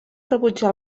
rebutjar